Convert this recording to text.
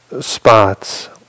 spots